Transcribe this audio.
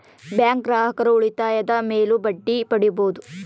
bank ಗ್ರಾಹಕರು ಉಳಿತಾಯದ ಮೇಲೂ ಬಡ್ಡಿ ಪಡೀಬಹುದು